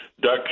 Duck